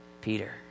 Peter